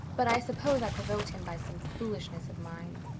but i suppose i provoked him by some foolishness of mine.